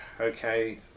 okay